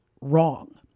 wrong